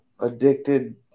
Addicted